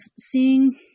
seeing